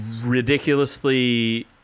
ridiculously